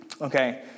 Okay